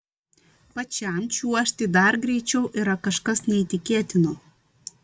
pačiam čiuožti dar greičiau yra kažkas neįtikėtino